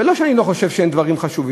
זה לא שאני לא חושב שיש דברים חשובים.